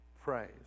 praise